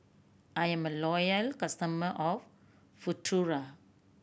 I'm a loyal customer of Futuro